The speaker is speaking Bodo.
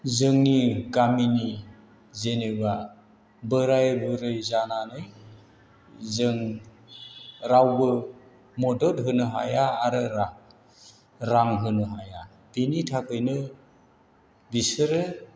जोंनि गामिनि जेनेबा बोराय बुरै जानानै जोंं रावबो मदद होनो हाया आरो रां होनो हाया बेनि थाखायनो बिसोरो